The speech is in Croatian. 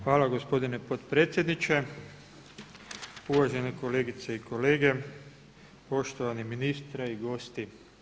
Hvala gospodine potpredsjedniče, uvažene kolegice i kolege, poštovani ministre i gosti.